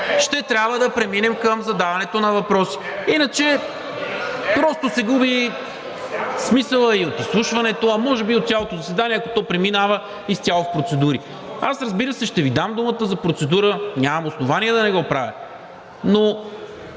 ще трябва да преминем към задаването на въпроси. Иначе, просто се губи смисълът и от изслушването, а може би и от цялото заседание, ако то преминава изцяло в процедури. Аз, разбира се, ще Ви дам думата за процедура – нямам основание да не го правя, но